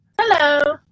Hello